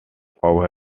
over